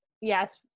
yes